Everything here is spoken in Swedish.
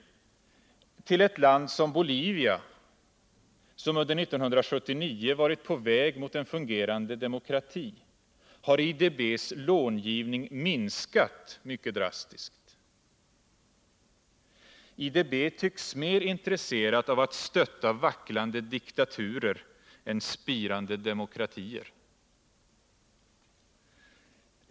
Till ett land som Bolivia, som under 1979 varit på väg mot en fungerande demokrati, har IDB:s långivning minskat mycket drastiskt. IDB tycks mer intresserat av att stötta vacklande diktaturer än spirande demokratier.